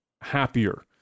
happier